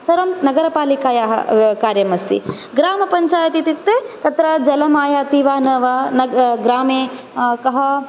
सर्वं नगरपालिकायाः कार्यम् अस्ति ग्रामपञ्चायत् इत्युक्ते तत्र जलमायाति वा न वा ग्रामे कः